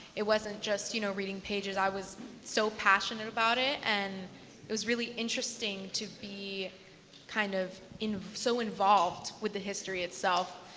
it wasn't just you know reading pages. i was so passionate about it and it was really interesting to be kind of so involved with the history itself.